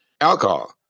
alcohol